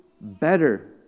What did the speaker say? better